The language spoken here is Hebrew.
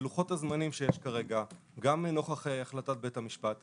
בלוחות הזמנים שיש כרגע גם נוכח החלטת בית המשפט,